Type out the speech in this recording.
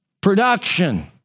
production